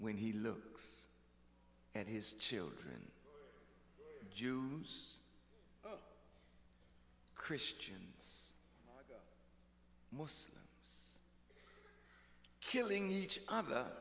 when he looks at his children jews christian most killing each other